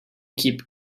keep